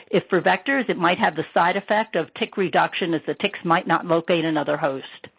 if for vectors, it might have the side effect of tick reduction, as the ticks might not locate another host.